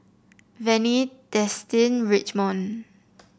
Vannie Destin Richmond